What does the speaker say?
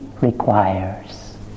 requires